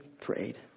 prayed